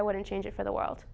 i wouldn't change it for the world